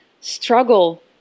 struggle